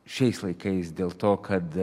šiais laikais dėl to kad